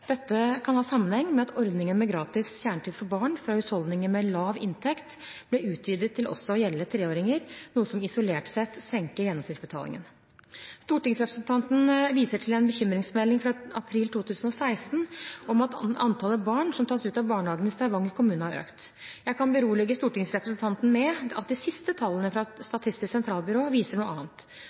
Dette kan ha sammenheng med at ordningen med gratis kjernetid for barn fra husholdninger med lav inntekt ble utvidet til også å gjelde treåringer, noe som isolert sett senker gjennomsnittsbetalingen. Stortingsrepresentanten viser til en bekymringsmelding fra april 2016 om at antallet barn som tas ut av barnehagen i Stavanger kommune, har økt. Jeg kan berolige stortingsrepresentanten med at de siste tallene fra Statistisk sentralbyrå viser noe annet.